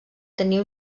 tenir